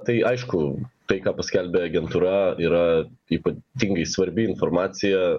tai aišku tai ką paskelbė agentūra yra ypatingai svarbi informacija